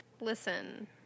listen